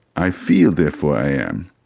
i feel therefore i am,